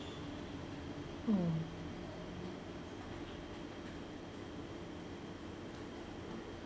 mm